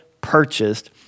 purchased